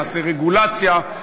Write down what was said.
נעשה רגולציה,